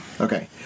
Okay